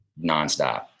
nonstop